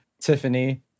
tiffany